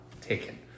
taken